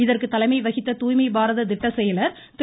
இதற்கு தலைமை வகித்த தூய்மை பாரத திட்ட செயலர் திரு